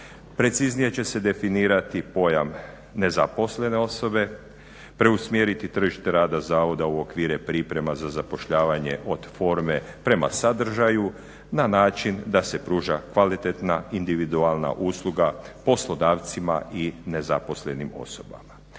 Preciznije će se definirati pojam nezaposlene osobe, preusmjeriti tržište rada zavoda za okvire priprema za zapošljavanje forme prema sadržaju na način da se pruža kvalitetna individualna usluga poslodavcima i nezaposlenim osobama.